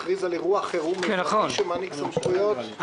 להכרזה מיידית של אסון טבע בתחום החקלאות,